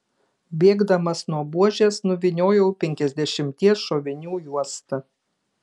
bėgdamas nuo buožės nuvyniojau penkiasdešimties šovinių juostą